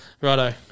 righto